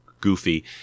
goofy